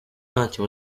ntacyo